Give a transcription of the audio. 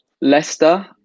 Leicester